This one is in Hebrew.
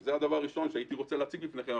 זה הדבר הראשון שהייתי רוצה להציג בפניכם,